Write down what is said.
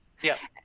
yes